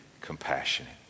compassionate